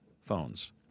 phones